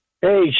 Hey